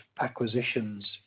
acquisitions